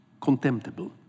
contemptible